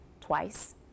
twice